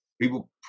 People